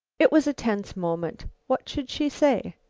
it was a tense moment. what should she say?